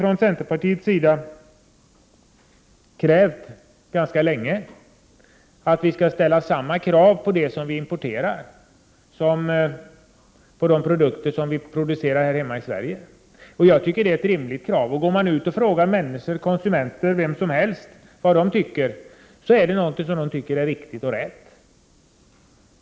Vi i centern har ganska länge krävt att man skall ställa samma krav på de produkter vi importerar som på de produkter vi producerar här hemma i Sverige. Jag tycker att det är ett rimligt krav. Om man går ut och frågar vem som helst bland konsumenterna vad han eller hon tycker, så får man svaret att detta är någonting som man anser vara riktigt och rätt.